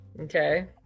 Okay